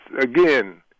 again